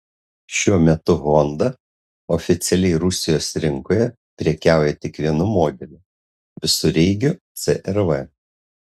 šiuo metu honda oficialiai rusijos rinkoje prekiauja tik vienu modeliu visureigiu cr v